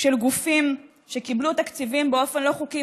של גופים שקיבלו תקציבים באופן לא חוקי